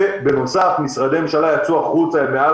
בנוסף משרדי הממשלה יצאו החוצה הם מעל